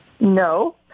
No